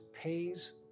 pays